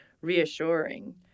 reassuring